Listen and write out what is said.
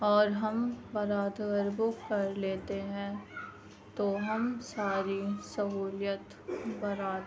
اور ہم برات گھر کو کر لیتے ہیں تو ہم ساری سہولیت برات